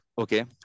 okay